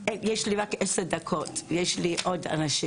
אבל אז נאמר: יש לי רק עשר דקות, יש לי עוד אנשים.